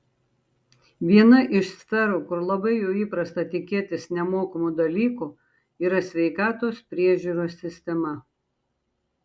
viena iš sferų kur labai jau įprasta tikėtis nemokamų dalykų yra sveikatos priežiūros sistema